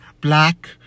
Black